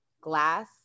glass